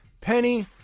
Penny